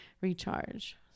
recharge